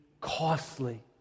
costly